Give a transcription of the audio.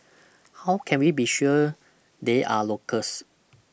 how can we be sure they are locals